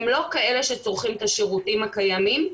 הם לא כאלה שצורכים את השירותים הקיימים,